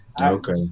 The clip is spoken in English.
Okay